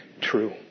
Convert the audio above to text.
true